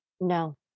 No